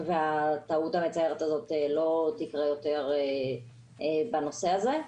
והטעות המצערת הזאת לא תקרה יותר בנושא הזה.